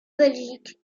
belgique